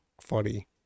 funny